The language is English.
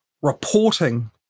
reporting